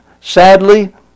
sadly